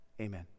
amen